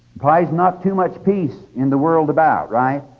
implies not too much peace in the world about, right?